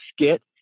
skit